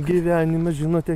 gyvenimas žinote